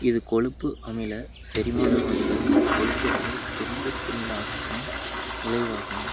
இது கொழுப்பு அமில செரிமான நொதிகள் கொழுப்புகளை துண்டு துண்டாகதான் விளைவாகும்